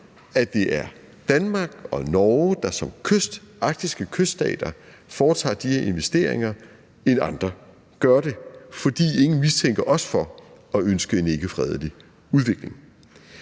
at det er Danmark og Norge, der som arktiske kyststater foretager de investeringer, end andre gør det, fordi ingen mistænker os for at ønske en ikkefredelig udvikling.